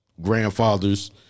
grandfathers